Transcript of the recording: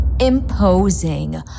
Imposing